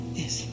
yes